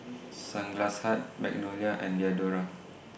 Sunglass Hut Magnolia and Diadora